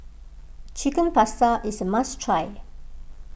Chicken Pasta is a must try